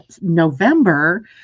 November